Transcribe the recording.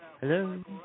Hello